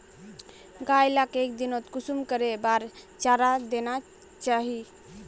गाय लाक एक दिनोत कुंसम करे बार चारा देना चही?